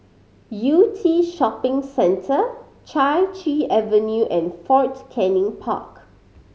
Yew Tee Shopping Centre Chai Chee Avenue and Fort Canning Park